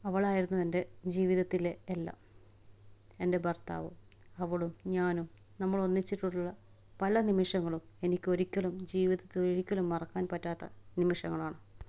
അവളായിരുന്നു എൻ്റെ ജീവിതത്തിലെ എല്ലാം എൻ്റെ ഭർത്താവും അവളും ഞാനും നമ്മളൊന്നിച്ചിട്ടുള്ള പല നിമിഷങ്ങളും എനിക്ക് ഒരിക്കലും ജീവിതത്തിലൊരിക്കലും മറക്കാൻ പറ്റാത്ത നിമിഷങ്ങളാണ്